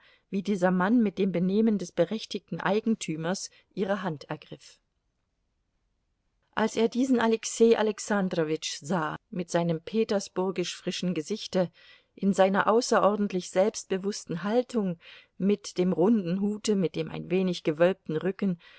wie dieser mann mit dem benehmen des berechtigten eigentümers ihre hand ergriff als er diesen alexei alexandrowitsch sah mit seinem petersburgisch frischen gesichte in seiner außerordentlich selbstbewußten haltung mit dem runden hute mit dem ein wenig gewölbten rücken